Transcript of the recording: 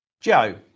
Joe